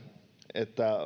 että